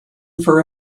for